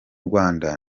rwanda